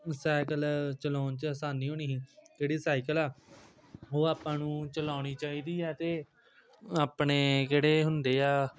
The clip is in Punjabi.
ਸਾਈਕਲ ਚਲਾਉਣ 'ਚ ਆਸਾਨੀ ਹੋਣੀ ਹੀ ਜਿਹੜੀ ਸਾਈਕਲ ਆ ਉਹ ਆਪਾਂ ਨੂੰ ਚਲਾਉਣੀ ਚਾਹੀਦੀ ਹੈ ਅਤੇ ਆਪਣੇ ਕਿਹੜੇ ਹੁੰਦੇ ਆ